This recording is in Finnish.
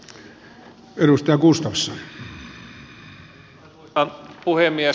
arvoisa puhemies